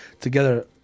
together